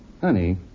Honey